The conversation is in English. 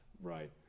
Right